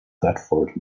thetford